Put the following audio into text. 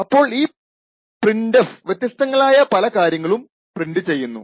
അപ്പോൾ ഈ പ്രിൻറ്എഫ് വ്യത്യസ്ഥങ്ങളായ പല കാര്യങ്ങളും പ്രിൻറ് ചെയ്യുന്നു